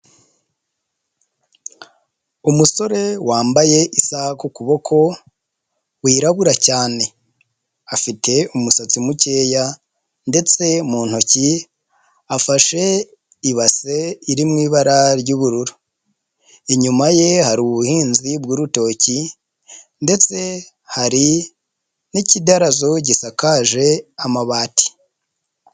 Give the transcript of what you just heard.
Umusore wambaye isaha ku kuboko, wirabura cyane. Afite umusatsi mukeya ndetse mu ntoki afashe ibase iri mu ibara ry'ubururu. Inyuma ye hari ubuhinzi bw'urutoki ndetse hari n'ikidarazo gisakaje amabati.